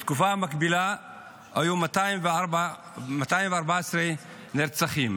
בתקופה המקבילה היו 214 נרצחים.